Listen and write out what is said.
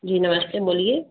जी नमस्ते बोलिए